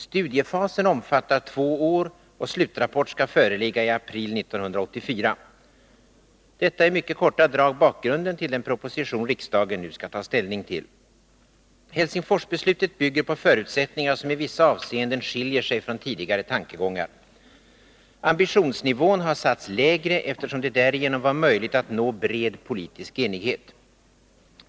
Studiefasen omfattar två år, och slutrapport skall föreligga i april 1984. Detta är i mycket korta drag bakgrunden till den proposition riksdagen nu skall ta ställning till. Helsingforsbeslutet bygger på förutsättningar som i vissa avseenden skiljer sig från tidigare tankegångar. Ambitionsnivån har satts lägre, eftersom det därigenom var möjligt att nå bred politisk enighet.